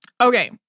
Okay